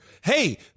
Hey